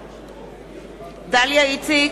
בעד דליה איציק,